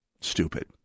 stupid